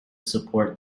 support